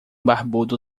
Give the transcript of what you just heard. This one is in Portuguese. barbudo